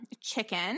chicken